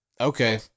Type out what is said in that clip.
Okay